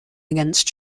against